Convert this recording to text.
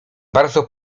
bardzo